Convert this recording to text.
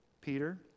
Peter